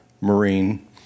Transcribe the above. Marine